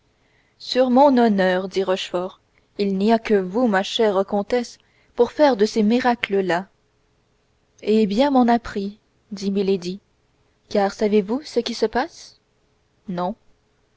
sur mon honneur dit rochefort il n'y a que vous ma chère comtesse pour faire de ces miracles là et bien m'en a pris chevalier dit milady car savez-vous ce qui se passe non